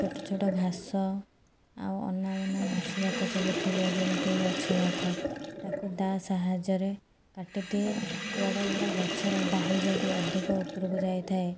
ଛୋଟ ଛୋଟ ଘାସ ଆଉ ଅନାବନା ଘାସ ଯାକ ସବୁ ଥିବ ଯେମିତି ଗଛ ଯାକ ତାକୁ ଦାଆ ସାହାଯ୍ୟରେ କାଟିଦିଏ ବଡ଼ ବଡ଼ ଗଛର ଡାହି ଯଦି ଅଧିକ ଉପରକୁ ଯାଇଥାଏ